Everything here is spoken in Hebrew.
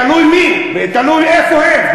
תלוי מי ותלוי איפה הם,